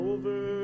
Over